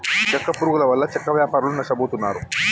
చెక్క పురుగుల వల్ల చెక్క వ్యాపారులు నష్టపోతున్నారు